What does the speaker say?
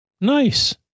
Nice